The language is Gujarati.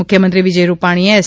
મુખ્યમંત્રી વિજય રૂપાણીએ એસ